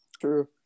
True